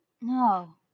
No